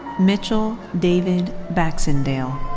mitchell david baxendale.